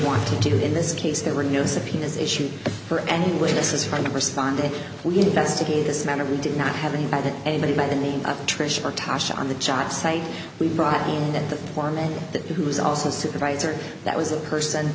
want to do in this case there were no subpoenas issued for any witnesses from the responded we investigate this matter we did not have any of that anybody by the name of trish or tasha on the job site we brought in that the foreman who was also a supervisor that was a person